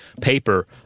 paper